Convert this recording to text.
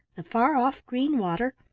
the far-off green water,